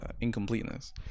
incompleteness